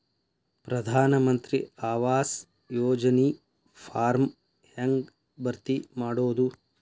ಪ್ರಧಾನ ಮಂತ್ರಿ ಆವಾಸ್ ಯೋಜನಿ ಫಾರ್ಮ್ ಹೆಂಗ್ ಭರ್ತಿ ಮಾಡೋದು?